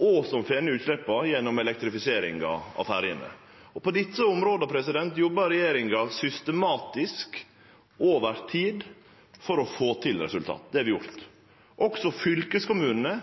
og får ned utsleppa gjennom elektrifisering av ferjene. På dette området jobbar regjeringa systematisk over tid for å få til resultat. Det har vi gjort. Også fylkeskommunane